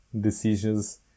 decisions